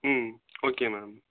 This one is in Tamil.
ம் ஓகே மேம்